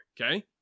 Okay